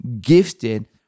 gifted